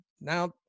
now